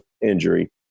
injury